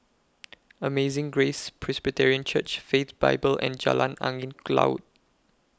Amazing Grace Presbyterian Church Faith Bible and Jalan Angin Laut